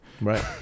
Right